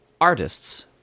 artists